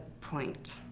point